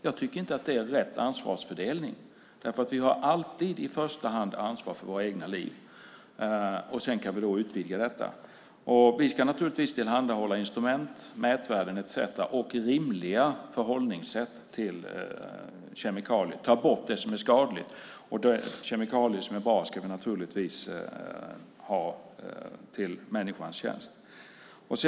Det är inte rätt ansvarsfördelning. Vi har alltid i första hand ansvar för våra egna liv - sedan kan vi utvidga det. Vi ska naturligtvis tillhandahålla instrument, mätvärden etcetera och ett rimligt förhållningssätt till kemikalier. Det som är skadligt ska tas bort. Kemikalier som är bra ska vi givetvis använda i människans tjänst.